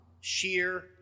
sheer